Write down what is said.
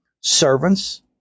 servants